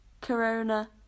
Corona